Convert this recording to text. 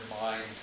mind